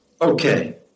Okay